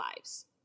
lives